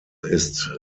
ist